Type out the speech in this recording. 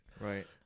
Right